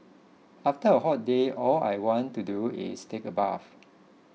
after a hot day all I want to do is take a bath